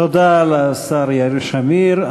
תודה לשר יאיר שמיר.